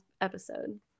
episode